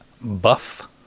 buff